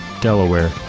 Delaware